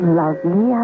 lovely